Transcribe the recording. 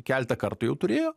keletą kartų jau turėjo